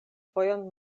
fojon